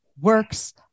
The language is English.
works